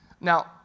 Now